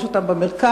יש אותם במרכז,